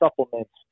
supplements